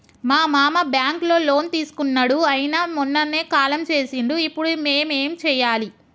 మా మామ బ్యాంక్ లో లోన్ తీసుకున్నడు అయిన మొన్ననే కాలం చేసిండు ఇప్పుడు మేం ఏం చేయాలి?